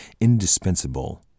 indispensable